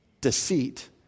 Deceit